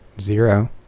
zero